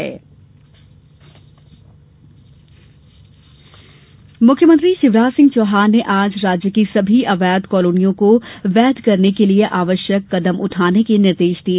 CM कार्यशाला मुख्यमंत्री शिवराज सिंह चौहान ने आज राज्य की सभी अवैध कालोनियों को वैध करने के लिए आवश्यक कदम उठाने के निर्देश दिए